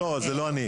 לא, לא, זה לא אני.